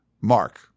Mark